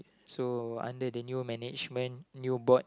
so under the new management new board